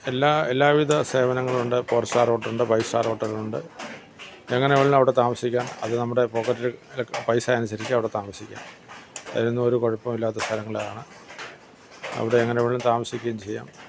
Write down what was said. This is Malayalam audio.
എല്ലാ എല്ലാവിധ സേവനങ്ങളും ഉണ്ട് ഫോർ സ്റ്റാർ ഹോട്ടൽ ഉണ്ട് ഫൈവ് സ്റ്റാർ ഹോട്ടൽ ഉണ്ട് എങ്ങനെ വേണമെങ്കിലും അവിടെ താമസിക്കാം അത് നമ്മുടെ പോക്കറ്റിൽ പൈസ അനുസരിച്ച് അവിടെ താമസിക്കാം അതിനൊന്നും ഒരു കുഴപ്പവും ഇല്ലാത്ത സ്ഥലങ്ങളാണ് അവിടെ എങ്ങനെ വേണമെങ്കിലും താമസിക്കുവേം ചെയ്യാം